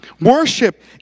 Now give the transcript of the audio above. Worship